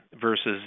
versus